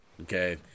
Okay